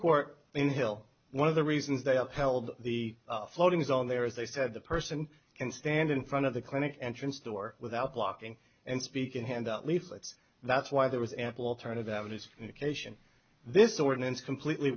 court in hill one of the reasons they upheld the floating zone there is they said the person can stand in front of the clinic entrance door without blocking and speak and hand out leaflets that's why there was ample alternative avenues for communication this ordinance completely